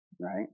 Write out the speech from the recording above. right